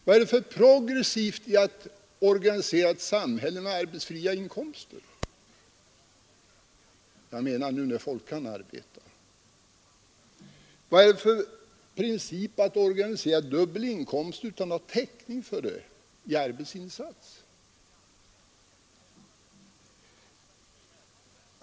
Vad är det för progressivt i att organisera ett samhälle med arbetsfria inkomster för folk som kan arbeta? Vad är det för princip att ge dubbel inkomst utan att ha någon täckning för det i arbetsinsats?